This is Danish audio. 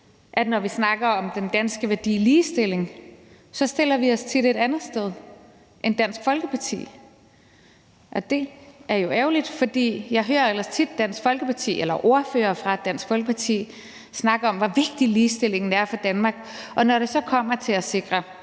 at når vi snakker om den danske værdi ligestilling, stiller vi os tit et andet sted end Dansk Folkeparti, og det er jo ærgerligt, for jeg hører ellers tit ordførere fra Dansk Folkeparti snakke om, hvor vigtig ligestillingen er for Danmark. Men når det så kommer til at sikre